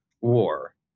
war